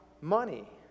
money